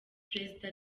perezida